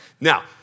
Now